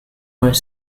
were